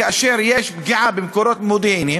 כאשר יש פגיעה במקורות מודיעיניים,